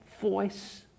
voice